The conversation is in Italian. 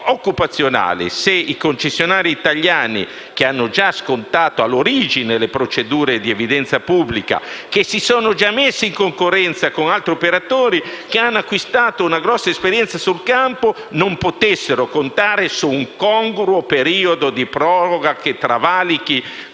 se i concessionari italiani che hanno già scontato all'origine le procedure di evidenza pubblica, che si sono già messi in concorrenza con altri operatori e che hanno acquisito una grossa esperienza sul campo, non potranno contare su un congruo periodo di proroga che travalichi